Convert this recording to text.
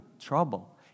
trouble